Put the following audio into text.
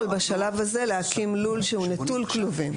בשלב הזה להקים לול שהוא נטול כלובים?